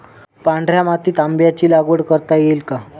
पांढऱ्या मातीत आंब्याची लागवड करता येईल का?